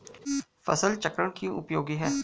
फसल चक्रण क्यों उपयोगी है?